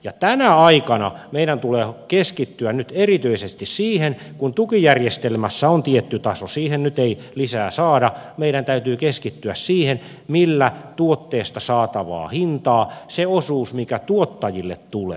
ja tänä aikana meidän tulee keskittyä nyt erityisesti siihen kun tukijärjestelmässä on tietty taso siihen nyt ei lisää saada millä tuotteesta saatavaa hintaa turvataan sitä osuutta mikä tuottajille tulee